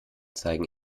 zeigen